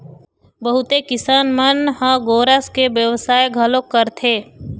बहुते किसान मन ह गोरस के बेवसाय घलोक करथे